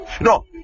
no